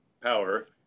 power